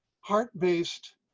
heart-based